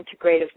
Integrative